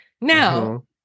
Now